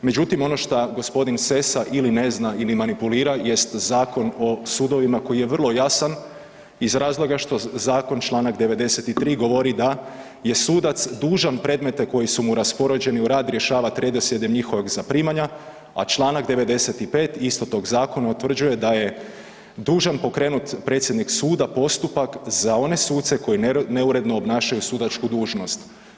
Međutim, ono što gospodin Sessa ili ne zna ili manipulira jest Zakon o sudovima koji je vrlo jasan iz razloga što zakon Članak 93. govori da je sudac dužan predmete koji su mu raspoređeni u rad rješavat redoslijedom njihovog zaprimanja, a Članak 95. istog tog zakona utvrđuje da je dužan pokrenut predsjednik suda postupak za one suce koji neuredno obnašaju sudačku dužnost.